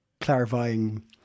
clarifying